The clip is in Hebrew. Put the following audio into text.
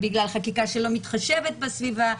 בגלל חקיקה שלא מתחשבת בסביבה.